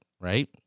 right